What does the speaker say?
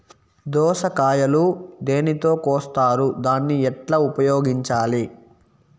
దోస కాయలు దేనితో కోస్తారు దాన్ని ఎట్లా ఉపయోగించాలి?